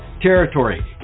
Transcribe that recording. territory